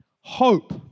hope